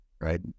right